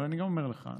אבל אני גם אומר לך,